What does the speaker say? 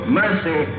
mercy